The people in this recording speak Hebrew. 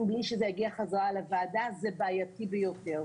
בלי שזה יגיע בחזרה לוועדה - זה בעייתי ביותר.